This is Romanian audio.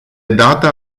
data